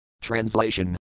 Translation